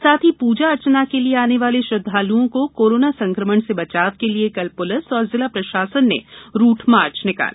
साथ ही पूजा अर्चना के लिये आने वाले श्रद्दालुओं को कोरोना संकमण से बचाव के लिये कल पुलिस एवं जिला प्रशासन ने रूट मार्च निकाला